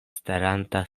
staranta